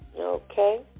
Okay